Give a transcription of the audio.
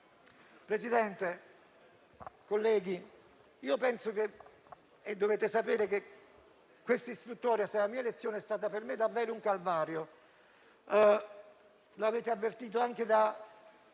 Presidente, colleghi, dovete sapere che questa istruttoria sulla mia elezione è stata per me davvero un calvario. L'avete avvertito anche da